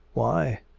why?